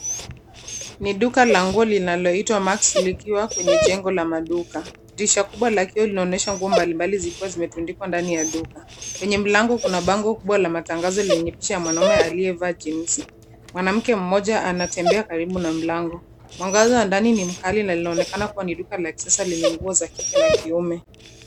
Ni duka lango linaloitwa max likiwa kwenye jengo la maduka dirisha kubwa la kioo linaonyesha nguo mbalimbali zikiwa zimetundikwa ndani ya duka, kwenye mlango kuna bango kubwa la matangazo lenye picha ya mwanaume aliyevaa jinsi ,mwanamke mmoja anatembea karibu na mlango mwangaza ndani ni mkali na linaonekana kuwa ni duka la kisasa lenye nguo za kike na kiume.